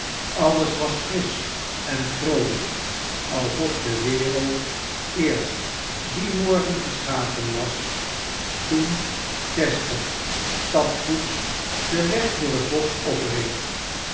alles was frisch en vroolijk alsof de wereld eerst dien morgen geschapen was toen chester stapvoets den weg door het bosch